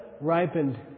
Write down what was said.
ripened